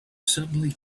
suddenly